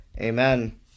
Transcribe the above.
Amen